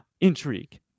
Intrigue